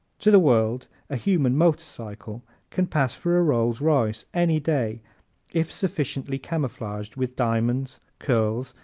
to the world a human motorcycle can pass for a rolls-royce any day if sufficiently camouflaged with diamonds, curls,